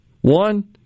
One